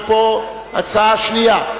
ופה הצעה שנייה,